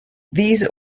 these